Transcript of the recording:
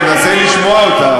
אני מנסה לשמוע אותה,